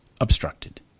obstructed